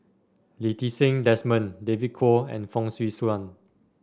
Lee Ti Seng Desmond David Kwo and Fong Swee Suan